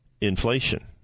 inflation